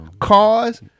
Cars